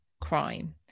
crime